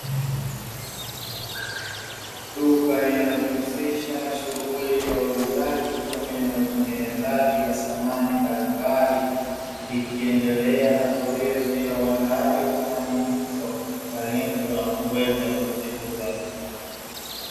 Duka linalojihusisha na shughuli ya uuzaji pamoja na utengenezaji wa thamani mbalimbali, likiendelea na zoezi la uandaaji wa thamani hizo kwa lengo la kuweza kuziuza.